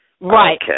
Right